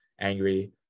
angry